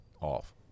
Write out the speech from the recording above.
off